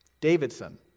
Davidson